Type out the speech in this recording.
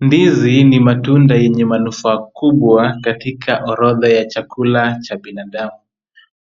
Ndizi ni matunda yenye manufaa kubwa katika orodha ya chakula cha binadamu.